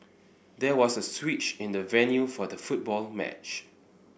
there was a switch in the venue for the football match